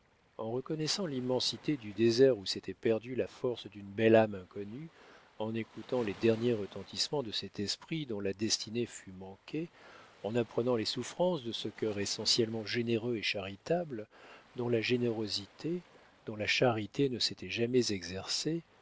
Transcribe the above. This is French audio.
en reconnaissant l'immensité du désert où s'était perdue la force d'une belle âme inconnue en écoutant les derniers retentissements de cet esprit dont la destinée fut manquée en apprenant les souffrances de ce cœur essentiellement généreux et charitable dont la générosité dont la charité ne s'étaient jamais exercées